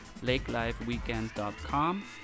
lakelifeweekend.com